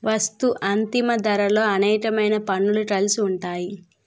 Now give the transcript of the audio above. వస్తూ అంతిమ ధరలో అనేకమైన పన్నులు కలిసి ఉంటాయి